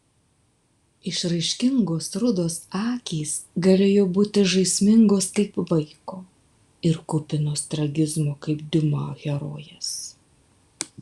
išraiškingos rudos akys galėjo būti žaismingos kaip vaiko ir kupinos tragizmo kaip diuma herojės